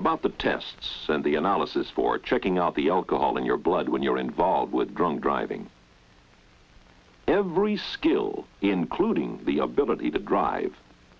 about the tests and the analysis for checking out the alcohol in your blood when you're involved with drunk driving every skill including the ability to drive